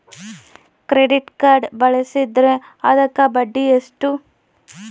Credit card ಬಳಸಿದ್ರೇ ಅದಕ್ಕ ಬಡ್ಡಿ ಎಷ್ಟು?